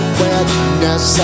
witness